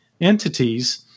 entities